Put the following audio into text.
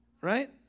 Right